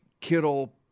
Kittle